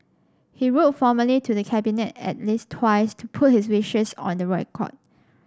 he wrote formally to the Cabinet at least twice to put his wishes on the record